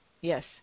Yes